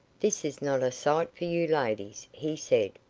this is not a sight for you, ladies, he said.